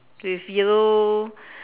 with yellow